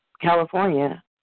California